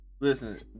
Listen